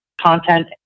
content